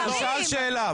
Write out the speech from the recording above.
הוא שאל שאלה.